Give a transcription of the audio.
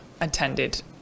attended